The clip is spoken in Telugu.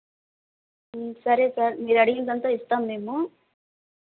సరే సార్ మీరు అడిగింది అంతా ఇస్తాం మేము